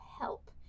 help